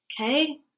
Okay